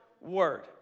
word